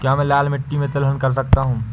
क्या मैं लाल मिट्टी में तिलहन कर सकता हूँ?